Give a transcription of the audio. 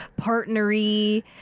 partnery